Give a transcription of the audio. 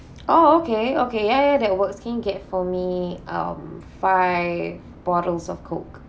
oh okay okay ya ya that works can get for me um five bottles of coke